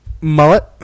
Mullet